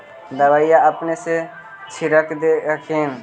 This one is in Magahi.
दबइया अपने से छीरक दे हखिन?